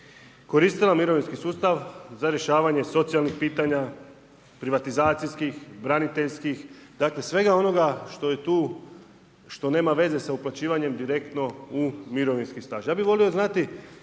koristila mirovinski sustav za rješavanje socijalnih pitanja, privatizacijskih, braniteljskih, dakle, svega onoga što je tu što nema veze sa uplaćivanjem direktno u mirovinski staž.